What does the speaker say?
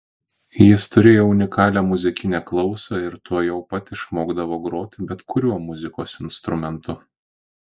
jis turėjo unikalią muzikinę klausą ir tuojau pat išmokdavo groti bet kuriuo muzikos instrumentu